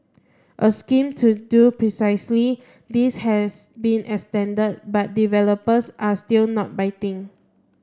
a scheme to do precisely this has been extend but developers are still not biting